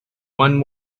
one